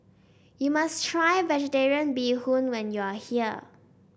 you must try vegetarian Bee Hoon when you are here